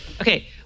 Okay